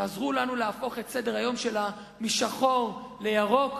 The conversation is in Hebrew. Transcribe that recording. תעזרו לנו להפוך את סדר-היום שלה משחור לירוק.